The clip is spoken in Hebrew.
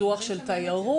פיתוח של תיירות.